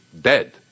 dead